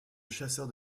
chasseurs